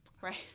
right